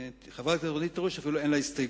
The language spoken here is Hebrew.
לחברת הכנסת רונית תירוש אפילו אין הסתייגות,